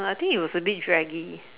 I think it was a bit draggy